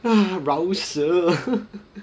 饶舌